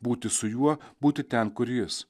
būti su juo būti ten kur jis